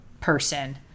person